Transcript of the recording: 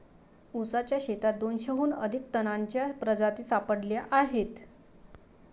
ऊसाच्या शेतात दोनशेहून अधिक तणांच्या प्रजाती सापडल्या आहेत